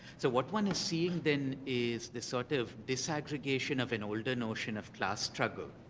so what one is seeing then is this sort of disaggregation of an older notion of class struggle.